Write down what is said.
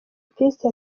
peace